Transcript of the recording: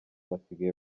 basigaye